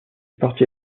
partit